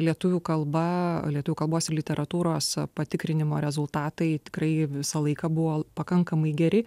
lietuvių kalba lietuvių kalbos ir literatūros patikrinimo rezultatai tikrai visą laiką buvo pakankamai geri